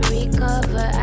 recover